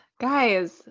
Guys